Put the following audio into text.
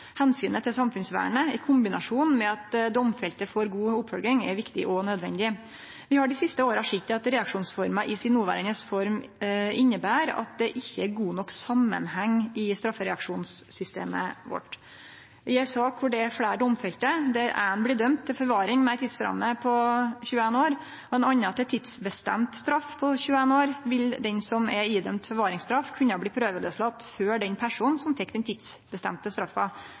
til samfunnsvernet, i kombinasjon med at domfelte får god oppfølging, er viktig og nødvendig. Vi har dei siste åra sett at reaksjonsforma i si noverande form inneber at det ikkje er god nok samanheng i straffereaksjonssystemet vårt. I ei sak der det er fleire domfelte, der ein blir dømd til forvaring med ei tidsramme på 21 år og ein annan til tidsbestemt straff på 21 år, vil den som er dømd til forvaringsstraff, kunne bli